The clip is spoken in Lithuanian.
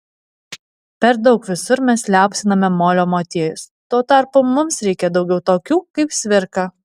per daug visur mes liaupsiname molio motiejus tuo tarpu mums reikia daugiau tokių kaip cvirka